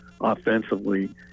offensively